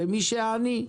למי שהוא עני.